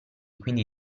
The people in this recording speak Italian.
quindi